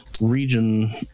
region